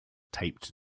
taped